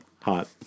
hot